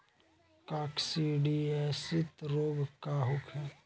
काकसिडियासित रोग का होखे?